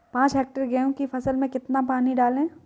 पाँच हेक्टेयर गेहूँ की फसल में कितना पानी डालें?